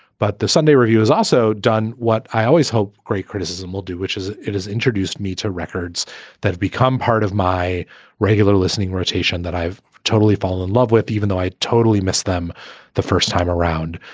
but the sunday review has also done what i always hope. great criticism will do, which is it has introduced me to records that have become part of my regular listening rotation that i've totally fallen in love with, even though i totally missed them the first time around.